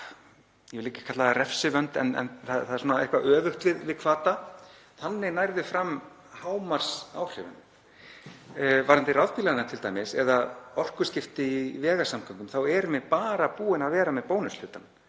ég vil ekki kalla það refsivönd en það er eitthvað öfugt við hvata. Þannig nærðu fram hámarksáhrifum. Varðandi rafbílana t.d. eða orkuskipti í vegasamgöngum þá erum við bara búin að vera með bónushlutann,